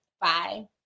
Bye